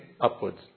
upwards